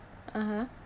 (uh huh)